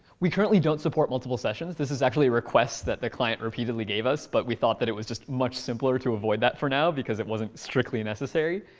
we currently don't support multiple sessions. this is actually a request that the client repeatedly gave us. but we thought that it was just much simpler to avoid that for now, because it wasn't strictly necessary.